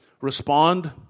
respond